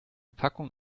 packung